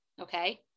Okay